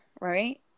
right